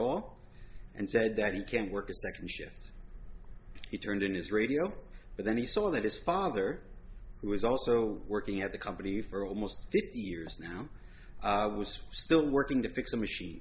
all and said that you can't work a second shift he turned in his radio but then he saw that his father who was also working at the company for almost fifty years now was still working to fix the machine